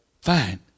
Fine